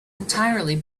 entirely